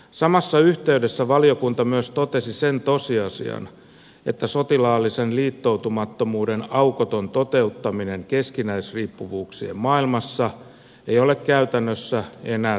samassa yhteydessä valiokunta myös totesi sen tosiasian että sotilaallisen liittoutumattomuuden aukoton toteuttaminen keskinäisriippuvuuksien maailmassa ei ole käytännössä enää täysin mahdollista